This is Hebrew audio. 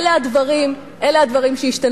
אלה הדברים שהשתנו.